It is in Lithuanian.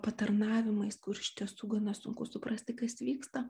patarnavimais kur iš tiesų gana sunku suprasti kas vyksta